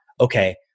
okay